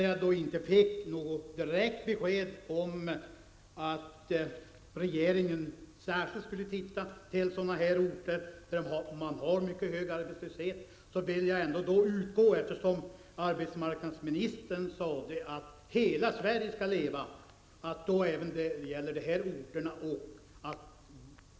Jag fick inte något direkt besked om att regeringen särskilt skulle se på orter där man har mycket hög arbetslöshet. Men eftersom arbetsmarknadsministern sade att hela Sverige skall leva vill jag ändå utgå från att det också gäller de här orterna.